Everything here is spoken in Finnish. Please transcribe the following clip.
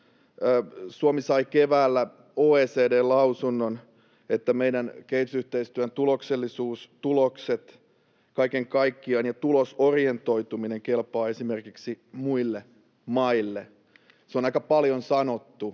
Suomi sai keväällä OECD:n lausunnon, että meidän kehitysyhteistyömme tuloksellisuus — tulokset kaiken kaikkiaan ja tulosorientoituminen — kelpaa esimerkiksi muille maille. Se on aika paljon sanottu